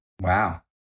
Wow